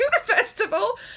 Festival